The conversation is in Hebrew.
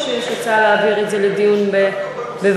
או שיש הצעה להעביר את זה לדיון בוועדה?